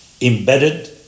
embedded